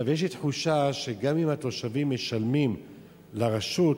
יש לי תחושה שגם אם התושבים משלמים לרשות,